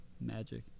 magic